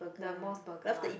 the Mos Burger one